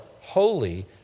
holy